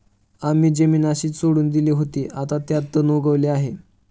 आम्ही जमीन अशीच सोडून दिली होती, आता त्यात तण उगवले आहे